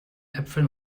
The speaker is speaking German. äpfeln